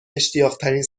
اشتیاقترین